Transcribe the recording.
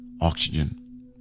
oxygen